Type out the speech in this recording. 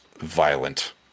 violent